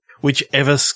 whichever